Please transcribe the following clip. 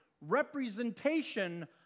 representation